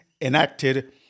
enacted